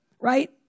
Right